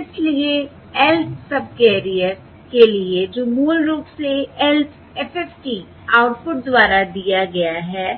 इसलिए lth subcarrier के लिए जो मूल रूप से lth FFT आउटपुट द्वारा दिया गया है